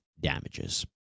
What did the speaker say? damages